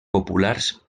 populars